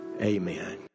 Amen